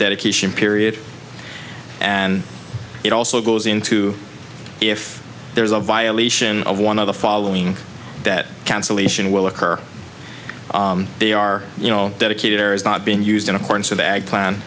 dedication period and it also goes into if there is a violation of one of the following that cancellation will occur they are you know dedicated air is not being used in accordance with ag plan